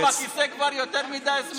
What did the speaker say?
הוא תקוע בכיסא כבר יותר מדי זמן.